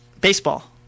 Baseball